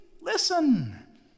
listen